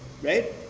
Right